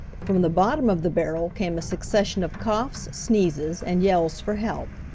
from the bottom of the barrel came a succession of coughs, sneezes, and yells for help.